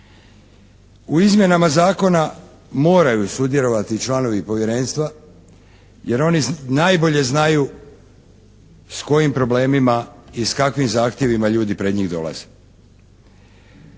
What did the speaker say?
U izmjenama zakona moraju sudjelovati i članovi Povjerenstva jer oni najbolje znaju s kojim problemima i s kakvim zahtjevima ljudi pred njih dolaze.